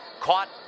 caught